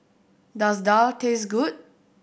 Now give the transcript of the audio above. does daal taste good